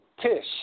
Tish